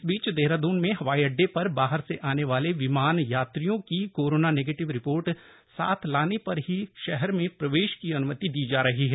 इस बीच देहरादून में हवाई अड्डे पर बाहर से आने वाले विमान यात्रियों की कोरोना नेगेटिव रिपोर्ट साथ लाने पर ही शहर में प्रवेश की अन्मति दी जा रही है